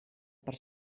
per